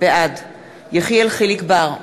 בעד יחיאל חיליק בר,